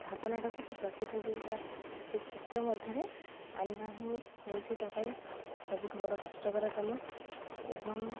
ଭାବନାଟାକୁ ସେ ପ୍ରତିଛବି ବା ସେ ଚିତ୍ର ମଧ୍ୟରେ ଆଣିବା ହିଁ ହେଉଛି ତା ପାଇଁ ସବୁଠୁ ବଡ଼ କଷ୍ଟକର କାମ ଏବଂ